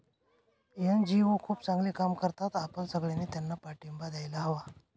NGO खूप चांगले काम करतात, आपण सगळ्यांनी त्यांना पाठिंबा द्यायला हवा